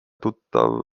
tuttav